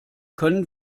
können